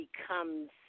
becomes